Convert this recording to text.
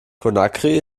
conakry